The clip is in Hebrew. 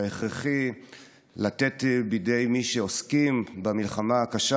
ההכרחי לתת בידי מי שעוסקים במלחמה הקשה